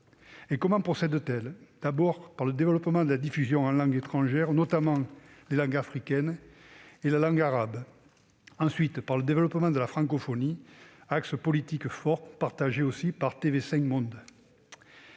Comment procède-t-il ? D'abord, par le développement de la diffusion en langues étrangères, notamment les langues africaines et la langue arabe. Ensuite, par le développement de la francophonie, axe politique fort partagé avec TV5 Monde.